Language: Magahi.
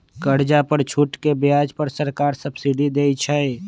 कर्जा पर छूट के ब्याज पर सरकार सब्सिडी देँइ छइ